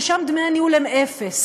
ששם דמי הניהול הם אפס.